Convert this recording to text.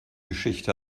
geschichte